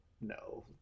No